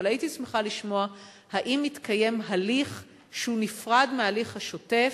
אבל הייתי שמחה לשמוע אם מתקיים הליך שהוא נפרד מההליך השוטף,